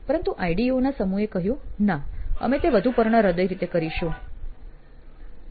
પરંતુ આઈડીઈઓ ના સમૂહે કહ્યું ના અમે તે વધૂ હૃદયપૂર્ણ રીતે કરીશું"